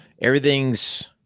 everything's